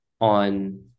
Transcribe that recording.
on